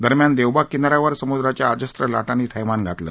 दरम्यान देवबाग किनाऱ्यावर समुद्राच्या अजस्त्र लाटांनी थैमान घातलं